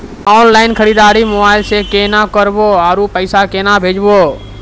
Online खरीददारी mobile से केना करबै, आरु पैसा केना भेजबै?